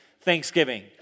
Thanksgiving